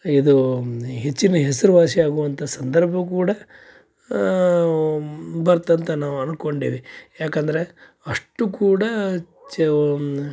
ಇದು ಹೆಚ್ಚಿನ ಹೆಸರುವಾಸಿ ಆಗುವಂಥ ಸಂದರ್ಭ ಕೂಡ ಬರ್ತಂತ ನಾವು ಅನ್ಕೊಂಡೇವಿ ಯಾಕಂದ್ರೆ ಅಷ್ಟು ಕೂಡ